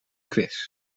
quiz